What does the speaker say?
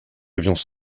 avions